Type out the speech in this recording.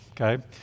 okay